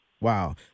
Wow